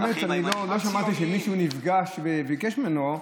באמת אני לא שמעתי שמישהו נפגש וביקש ממנו,